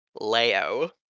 Leo